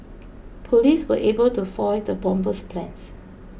police were able to foil the bomber's plans